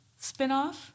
spinoff